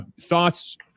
thoughts